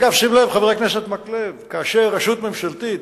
חבר הכנסת מקלב, אגב, שים לב שכאשר רשות ממשלתית